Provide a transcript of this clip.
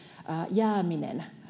jääminen